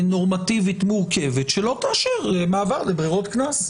נורמטיבית מורכבת, שלא תאשר מעבר לברירות קנס,